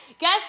Guess